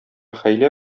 хәйлә